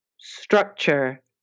structure